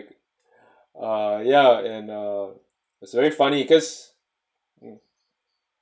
uh yeah and uh it's very funny cause um